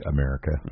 America